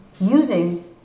using